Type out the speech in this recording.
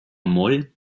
moll